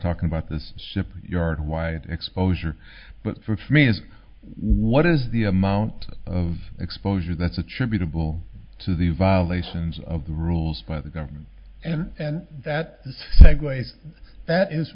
talking about this ship yard why it exposure but for me is what is the amount of exposure that's attributable to the violations of the rules by the government and that segues that is